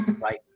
Right